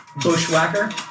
Bushwhacker